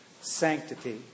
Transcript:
sanctity